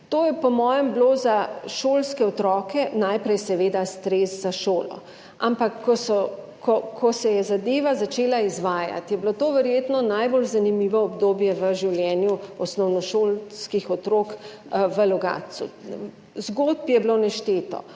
mojem za šolske otroke – najprej seveda stres za šolo – ko se je zadeva začela izvajati, je bilo to verjetno najbolj zanimivo obdobje v življenju osnovnošolskih otrok v Logatcu. Zgodb je bilo nešteto,